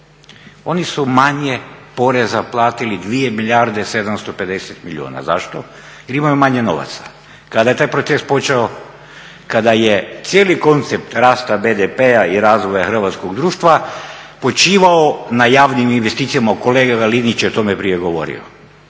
Oni su manje poreza platili 2 milijarde 750 milijuna. Zašto? Jer imaju manje novaca. Kada je taj proces počeo, kada je cijeli koncept rasta BDP-a i razvoja hrvatskog društva počivao na javnim investicijama, kolega Linić je o tome prije govorio